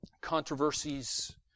controversies